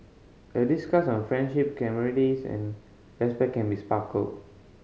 a discussion on friendship camaraderies and respect can be sparked